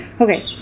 Okay